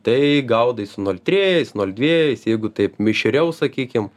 tai gaudai su nol triejais nol dviejais jeigu taip mišriau sakykim